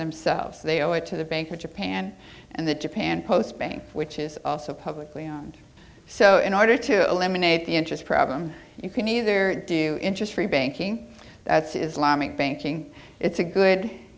themselves they owe it to the bank of japan and the japan post bank which is also publicly and so in order to eliminate the interest problem you can either do interest free banking islamic banking it's a good